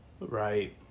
Right